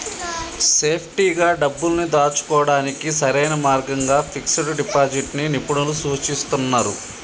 సేఫ్టీగా డబ్బుల్ని దాచుకోడానికి సరైన మార్గంగా ఫిక్స్డ్ డిపాజిట్ ని నిపుణులు సూచిస్తున్నరు